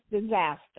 disaster